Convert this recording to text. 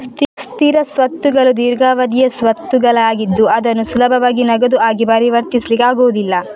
ಸ್ಥಿರ ಸ್ವತ್ತುಗಳು ದೀರ್ಘಾವಧಿಯ ಸ್ವತ್ತುಗಳಾಗಿದ್ದು ಅದನ್ನು ಸುಲಭವಾಗಿ ನಗದು ಆಗಿ ಪರಿವರ್ತಿಸ್ಲಿಕ್ಕೆ ಆಗುದಿಲ್ಲ